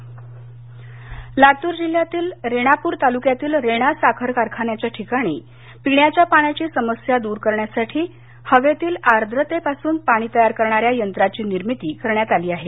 पाणीयंत्र लातर लातूर जिल्ह्यातील रेणापूर तालुक्यातील रेणा साखर कारखान्याच्या ठिकाणी पिण्याच्या पाण्याची समस्या दूर करण्यासाठी हवेतील आर्द्रतेपासून पाणी तयार करणाऱ्या यंत्राची निर्मिती करण्यात आली आहे